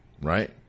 right